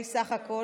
סך הכול